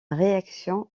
réaction